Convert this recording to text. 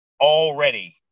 already